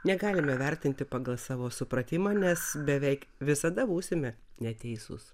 negalime vertinti pagal savo supratimą nes beveik visada būsime neteisūs